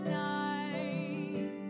night